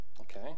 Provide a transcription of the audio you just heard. Okay